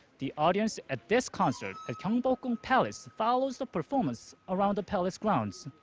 the audience at this concert at gyeongbokgung palace follows the performers around the palace grounds.